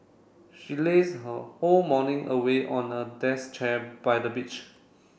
she lazed her whole morning away on a desk chair by the beach